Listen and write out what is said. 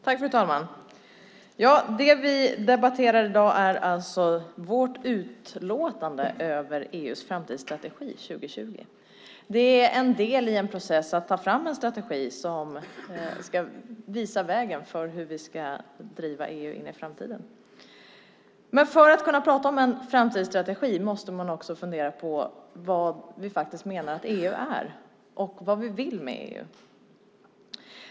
Fru talman! Det vi debatterar i dag är vårt utlåtande över EU:s framtidsstrategi 2020. Det är en del i en process att ta fram en strategi som ska visa vägen för hur vi ska driva EU in i framtiden. För att kunna prata om en framtidsstrategi måste man också fundera på vad vi faktiskt menar att EU är och vad vi vill med EU.